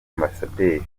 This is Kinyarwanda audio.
ambasaderi